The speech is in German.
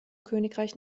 königreich